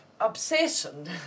obsession